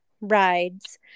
rides